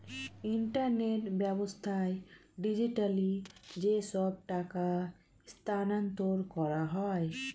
internet ব্যাবস্থায় digitally যেসব টাকা স্থানান্তর করা হয়